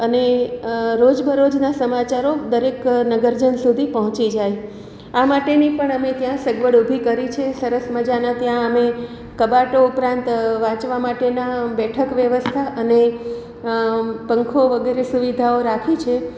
અને રોજબરોજના સમાચારો દરેક નગરજન સુધી પહોંચી જાય આ માટેની પણ અમે ત્યાં સગવડ ઊભી કરી છે સરસ મજાના ત્યાં અમે કબાટો ઉપરાંત વાંચવા માટેના બેઠક વ્યવસ્થા અને પંખો વગેરે સુવિધાઓ રાખી છે